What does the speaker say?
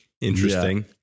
interesting